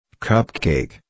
cupcake